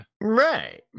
Right